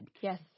Yes